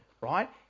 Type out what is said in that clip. right